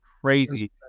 crazy